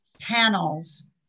panels